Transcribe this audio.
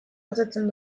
osatzen